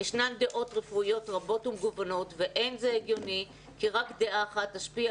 "ישנן דעות רפואיות רבות ומגוונות ואין זה הגיוני כי רק דעה אחת תשפיע